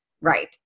Right